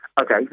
Okay